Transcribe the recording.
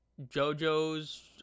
JoJo's